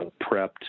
prepped